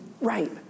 right